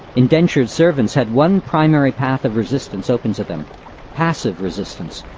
indentured servants had one primary path of resistance open to them passive resistance,